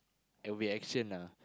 it'll be action ah